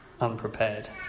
unprepared